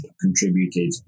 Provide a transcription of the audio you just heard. contributed